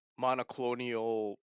monoclonal